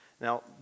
Now